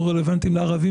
הוא רלוונטי לערבים